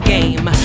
Game